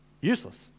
Useless